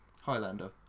Highlander